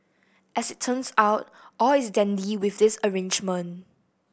as it turns out all is dandy with this arrangement